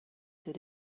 did